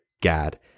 Gad